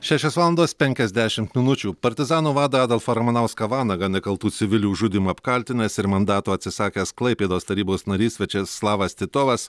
šešios valandos penkiasdešimt minučių partizanų vadą adolfą ramanauską vanagą nekaltų civilių žudymu apkaltinęs ir mandato atsisakęs klaipėdos tarybos narys viačeslavas titovas